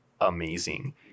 amazing